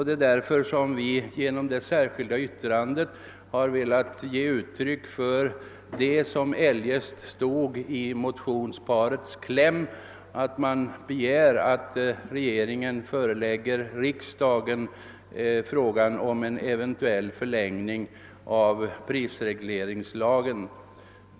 Det är därför som vi genom det särskilda yttrandet har velat ge uttryck för det som stod i motionsparets kläm, nämligen att man skulle begära att regeringen skulle förelägga riksdagen frågan om en eventuell förlängning av prisregleringslagens giltighetstid.